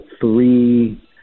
three